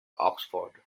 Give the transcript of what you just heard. oxford